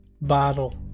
bottle